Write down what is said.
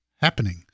happening